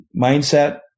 mindset